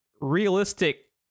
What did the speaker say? realistic